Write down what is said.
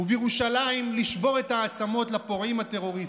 בירושלים, לשבור את העצמות לפורעים הטרוריסטים.